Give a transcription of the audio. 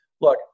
look